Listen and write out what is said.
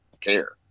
care